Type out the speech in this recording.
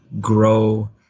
grow